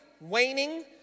waning